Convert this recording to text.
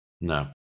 No